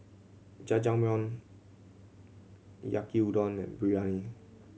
Jajangmyeon Yaki Udon and Biryani